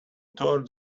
tore